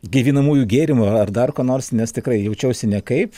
gaivinamųjų gėrimų ar dar ko nors nes tikrai jaučiausi nekaip